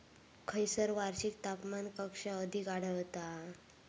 खैयसर वार्षिक तापमान कक्षा अधिक आढळता?